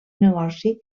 negoci